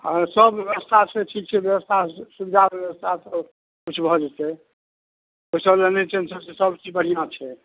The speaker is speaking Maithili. आओर सब बेबस्था छै ठीक छै बेबस्था सुविधा बेबस्था सबकिछु भऽ जेतै ओहिसबलए नहि चिन्ता से सबचीज बढ़िआँ छै